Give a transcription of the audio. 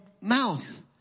mouth